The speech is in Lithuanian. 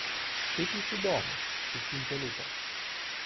šiaip jis įdomus su cinkeliu toks